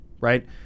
right